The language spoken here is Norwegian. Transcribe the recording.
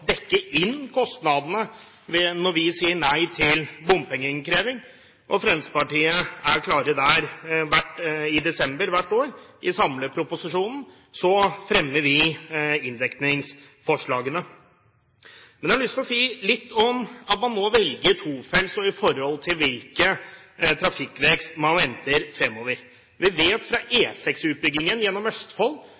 dekke inn kostnadene når vi sier nei til bompengeinnkreving. Fremskrittspartiet er klare der – i desember hvert år, i samleproposisjonen, fremmer vi inndekningsforslagene. Jeg har lyst til å si litt om at man nå velger tofelts vei i forhold til hvilken trafikkvekst man venter framover. Vi